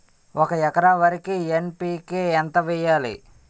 ఒక ఎకర వరికి ఎన్.పి కే ఎంత వేయాలి?